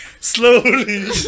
slowly